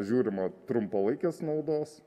žiūrima trumpalaikės naudos